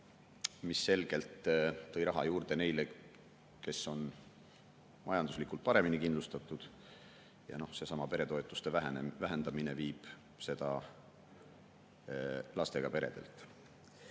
mis selgelt toob raha juurde neile, kes on majanduslikult paremini kindlustatud, ja seesama peretoetuste vähendamine viib seda lastega peredelt. Ma